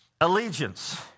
allegiance